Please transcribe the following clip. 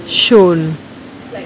show